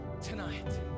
tonight